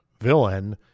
villain